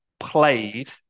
played